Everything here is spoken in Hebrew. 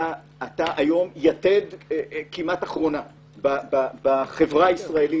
אתה היום יתד כמעט אחרונה בחברה הישראלית